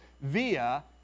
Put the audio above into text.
via